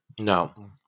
No